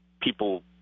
people